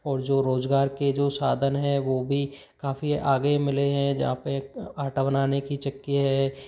और जो रोजगार के जो साधन है वो भी काफ़ी आगे मिले हैं जहाँ पे आटा बनाने की चक्की है